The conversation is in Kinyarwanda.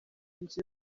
nzu